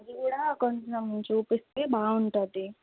అది కూడా కొంచెం చూపిస్తే బాగుంటుంది